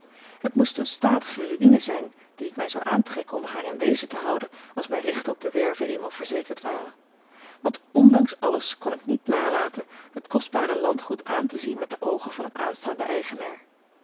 het moest eene statige ruïne zijn die ik mij zou aantrekken om haar in wezen te houden als mijne rechten op de werve eenmaal verzekerd waren want ondanks alles kon ik niet nalaten het kostbare landgoed aan te zien met de oogen van een aanstaanden eigenaar